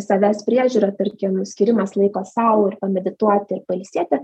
savęs priežiūra tarkim skyrimas laiko sau ir pamedituoti ir pailsėti